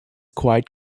quite